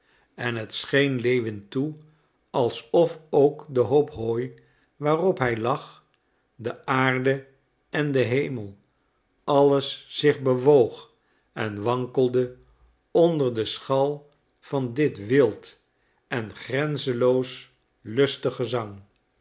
en het scheen lewin toe alsof ook de hoop hooi waarop hij lag de aarde en de hemel alles zich bewoog en wankelde onder den schal van dit wild en grenzenloos lustig gezang